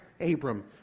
Abram